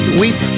weep